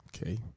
Okay